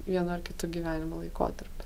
vienu ar kitu gyvenimo laikotarpiu